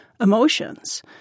emotions